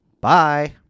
Bye